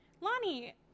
Lonnie